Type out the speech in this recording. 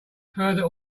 further